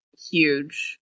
huge